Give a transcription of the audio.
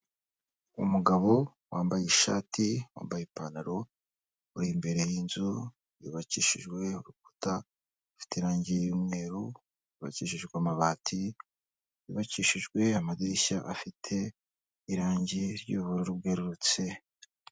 Umugabo wambaye ishati, wambaye ipantaro uri imbere y'inzu yubakishijwe urukuta rufite irangi y'umweru, yubakishijwe amabati, yubakishijwe amadirishya afite irangi ry'ubururu bwerurutse.